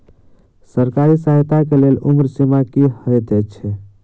सरकारी सहायता केँ लेल उम्र सीमा की हएत छई?